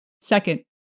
Second